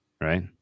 Right